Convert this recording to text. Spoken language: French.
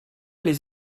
les